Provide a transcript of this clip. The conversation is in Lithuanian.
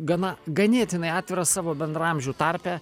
gana ganėtinai atviras savo bendraamžių tarpe